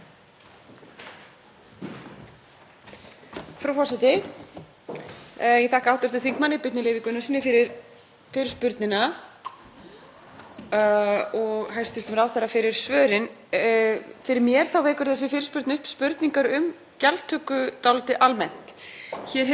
og hæstv. ráðherra fyrir svörin. Fyrir mér vekur þessi fyrirspurn upp spurningar um gjaldtöku almennt. Hér hefur þeim sem hafa þegar talað orðið tíðrætt um raunverulegan kostnað við að afhenda þessi gögn sem með rafrænum lausnum